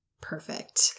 perfect